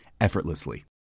effortlessly